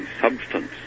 substance